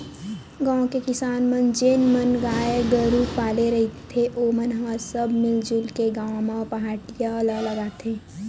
गाँव के किसान मन जेन मन गाय गरु पाले रहिथे ओमन ह सब मिलजुल के गाँव म पहाटिया ल लगाथे